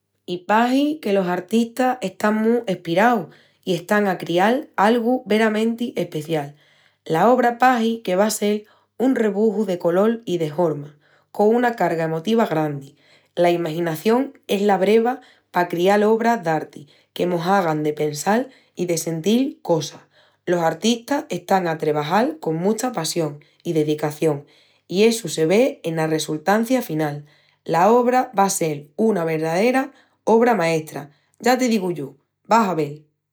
... i pahi que los artistas están mu espiraus i están a crial algu veramenti especial. La obra pahi que va sel un rebuju de colol i de horma, con una carga emotiva grandi. La maginación es la breva pa crial obras d'arti que mos hagan de pensal i de sentil cosas. Los artistas están a trebajal con mucha passión i dedicación, i essu se ve ena resultancia final. La obra va sel una verdaera obra maestra, ya te digu yo, vas a vel.